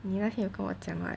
你那天有跟我讲 right